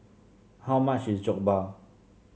how much is Jokbal